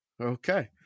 Okay